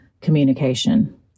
communication